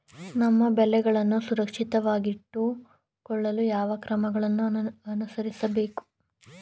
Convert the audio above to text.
ನಮ್ಮ ಬೆಳೆಗಳನ್ನು ಸುರಕ್ಷಿತವಾಗಿಟ್ಟು ಕೊಳ್ಳಲು ಯಾವ ಕ್ರಮಗಳನ್ನು ಅನುಸರಿಸಬೇಕು?